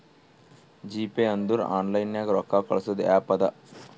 GPay ಅಂದುರ್ online ನಾಗ್ ರೊಕ್ಕಾ ಕಳ್ಸದ್ ಆ್ಯಪ್ ಅದಾ